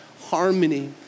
harmony